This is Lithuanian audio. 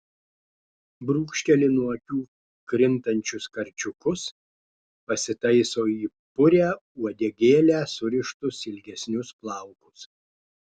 brūkšteli nuo akių krintančius karčiukus pasitaiso į purią uodegėlę surištus ilgesnius plaukus